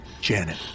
Janet